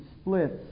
splits